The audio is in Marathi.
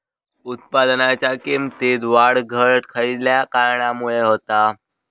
उत्पादनाच्या किमतीत वाढ घट खयल्या कारणामुळे होता?